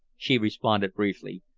she responded briefly,